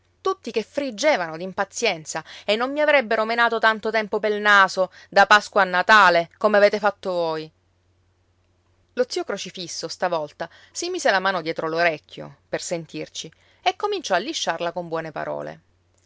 tutti che friggevano d'impazienza e non mi avrebbero menato tanto tempo pel naso da pasqua a natale come avete fatto voi lo zio crocifisso stavolta si mise la mano dietro l'orecchio per sentirci e cominciò a lisciarla con buone parole